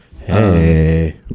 Hey